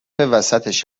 وسطش